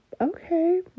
okay